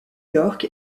york